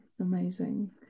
Amazing